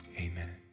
amen